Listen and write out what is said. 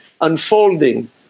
unfolding